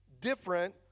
different